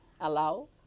allow